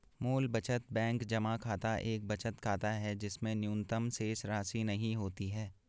मूल बचत बैंक जमा खाता एक बचत खाता है जिसमें न्यूनतम शेषराशि नहीं होती है